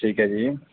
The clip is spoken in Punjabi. ਠੀਕ ਹੈ ਜੀ